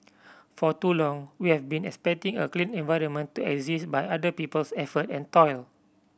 for too long we have been expecting a clean environment to exist by other people's effort and toil